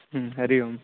हरिः ओम्